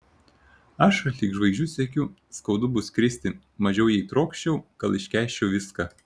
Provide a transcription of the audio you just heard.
aš lig žvaigždžių siekiu skaudu bus kristi mažiau jei trokščiau gal iškęsčiau viską